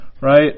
Right